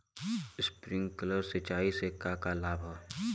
Sprinkler सिंचाई से का का लाभ ह?